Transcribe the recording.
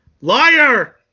LIAR